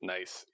Nice